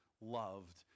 loved